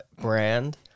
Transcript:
brand